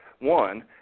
one